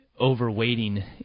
overweighting